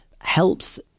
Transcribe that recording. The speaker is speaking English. helps